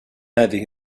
هذه